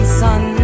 sun